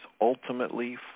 ultimately